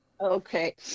okay